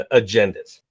agendas